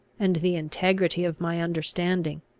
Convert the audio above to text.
and the integrity of my understanding.